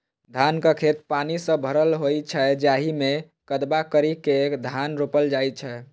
धानक खेत पानि सं भरल होइ छै, जाहि मे कदबा करि के धान रोपल जाइ छै